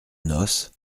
noce